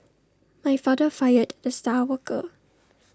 my father fired the star worker